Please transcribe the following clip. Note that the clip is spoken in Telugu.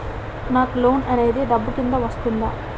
నాకు లోన్ అనేది డబ్బు కిందా వస్తుందా?